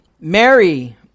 Mary